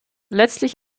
letztlich